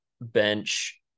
bench